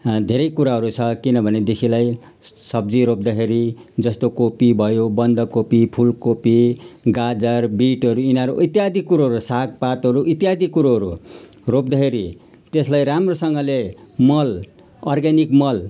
धेरै कुराहरू छ किनभनेदेखिलाई सब्जी रोप्दाखेरि जस्तो कोपी भयो बन्दाकोपी फुलकोपी गाजर बिटहरू यिनीहरू इत्यादि कुरोहरू सागपातहरू इत्यादि कुरोहरू रोप्दाखेरि त्यसलाई राम्रोसँगले मल अर्गानिक मल